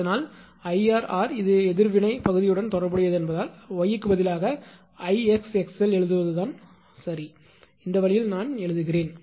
அதனால் 𝐼𝑟𝑟 இது எதிர்வினைப் ரியாக்டன்ஸ் பகுதியுடன் தொடர்புடையது என்பதால் y க்கு பதிலாக 𝐼𝑥𝑥𝑙 எழுதுவது சரிதான் இந்த வழியில் நான் எழுதுகிறேன்